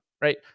right